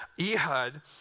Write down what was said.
Ehud